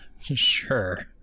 Sure